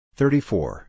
thirty-four